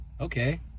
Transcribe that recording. Okay